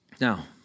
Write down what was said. Now